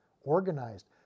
organized